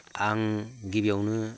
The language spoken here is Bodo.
आं गिबियावनो